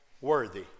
worthy